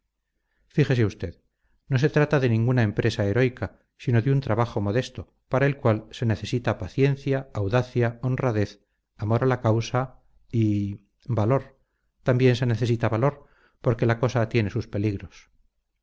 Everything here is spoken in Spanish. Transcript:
fíjese usted no se trata de ninguna empresa heroica sino de un trabajo modesto para el cual se necesita paciencia astucia honradez amor a la causa y valor también se necesita valor porque la cosa tiene sus peligros